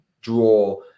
draw